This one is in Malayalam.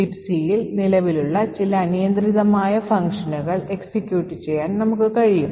LIbcയിൽ നിലവിലുള്ള ചില അനിയന്ത്രിതമായ ഫംഗ്ഷനുകൾ എക്സിക്യൂട്ട് ചെയ്യാൻ നമുക്ക് കഴിയും